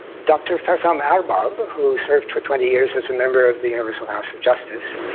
dr. farzam arbab, who served for twenty years as a member of the universal house of justice,